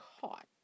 caught